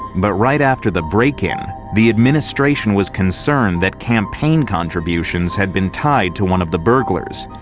but right after the break-in, the administration was concerned that campaign contributions had been tied to one of the burglars.